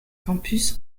campus